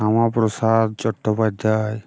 Shyamaprasad Chattopadhyay